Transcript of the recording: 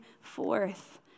forth